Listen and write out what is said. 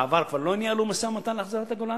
בעבר לא ניהלו משא-ומתן להחזרת הגולן,